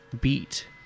beat